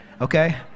okay